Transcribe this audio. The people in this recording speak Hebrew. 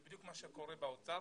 זה בדיוק מה שקורה באוצר.